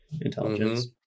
intelligence